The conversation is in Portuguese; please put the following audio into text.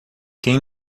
quem